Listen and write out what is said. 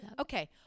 Okay